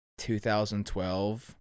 2012